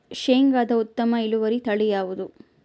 ಶೇಂಗಾದ ಉತ್ತಮ ಇಳುವರಿ ತಳಿ ಯಾವುದು?